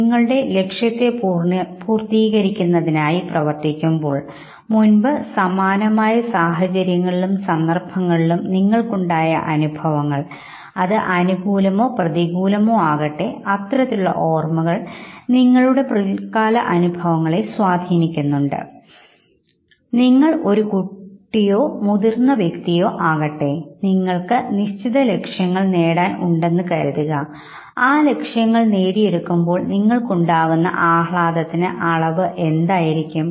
നിങ്ങളുടെ ലക്ഷ്യത്തെ പൂർത്തീകരിക്കുന്നതുമായി പ്രവർത്തിക്കുമ്പോൾ മുൻപ് സമാനമായസാഹചര്യങ്ങളിലും സന്ദർഭങ്ങളിലും നിങ്ങൾക്കുണ്ടായ അനുഭവങ്ങൾ അത് അനുകൂലമോ പ്രതികൂലമോ ആകട്ടെ അത്തരത്തിലുള്ള ഓർമ്മകൾ നിങ്ങളുടെ പിൽക്കാല പ്രവർത്തനങ്ങളെ സ്വാധീനിക്കുന്നുണ്ട് നിങ്ങൾ ഒരു കുട്ടിയോ മുതിർന്ന വ്യക്തിയോ ആകട്ടെ നിങ്ങൾക്ക് നിശ്ചിത ലക്ഷ്യങ്ങൾ നേടാൻ ഉണ്ടെന്നു കരുതുക ആ ലക്ഷ്യങ്ങൾ നേടിയെടുക്കുമ്പോൾ നിങ്ങൾക്കുണ്ടാകുന്ന ആഹ്ലാദത്തിന് അളവ് എന്തായിരിക്കും